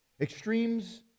Extremes